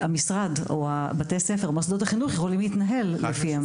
שהמשרד, או מוסדות החינוך, יכולים להתנהל על פיה.